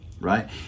right